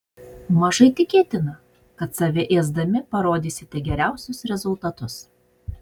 mažai tikėtina kad save ėsdami parodysite geriausius rezultatus